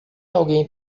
alguém